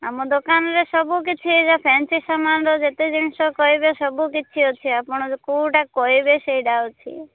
ଆମ ଦୋକାନରେ ସବୁକିଛି ଏଇ ଯେଉଁ ଫାନ୍ସି ସାମାନ୍ର ଯେତେ ଜିନିଷ କହିବେ ସବୁ କିଛି ଅଛି ଆପଣ କେଉଁଟା କହିବେ ସେଇଟା ଅଛି